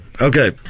Okay